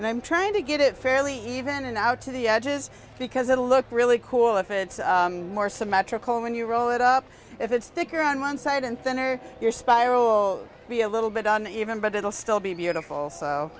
and i'm trying to get it fairly even in out to the edges because it'll look really cool if it's more symmetrical when you roll it up if it's thicker on one side and thinner your spiral be a little bit on even but it will still be beautiful so